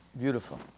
Beautiful